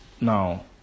now